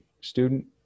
student